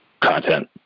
content